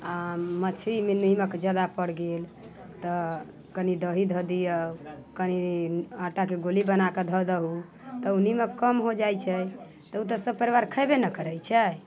आ मछलीमे निमक ज्यादा पड़ि गेल तऽ कनि दही धऽ दियौ कनि आँटाके गोली बनाकऽ धऽ दहू तऽ ओ निमक कम हो जाइ छै तऽ ओ तऽ सभ परिवार खएबे ने करैत छै